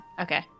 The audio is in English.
Okay